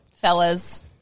fellas